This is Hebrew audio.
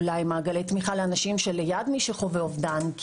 אולי מעגלי תמיכה לאנשים שנמצאים ליד מי שחווה אובדן.